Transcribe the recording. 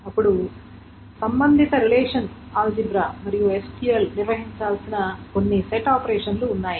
అప్పుడు సంబంధిత relational algebra మరియు SQL నిర్వహించాల్సిన కొన్ని సెట్ ఆపరేషన్లు ఉన్నాయి